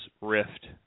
Rift